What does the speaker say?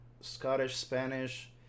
Scottish-Spanish